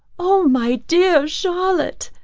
oh my dear charlotte!